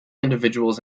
individuals